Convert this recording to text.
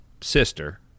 sister